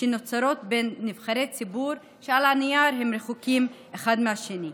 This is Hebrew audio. שנוצרות בין נבחרי ציבור שעל הנייר הם רחוקים אחד מהשני.